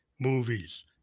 movies